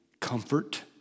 comfort